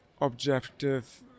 objective